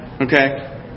Okay